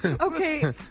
Okay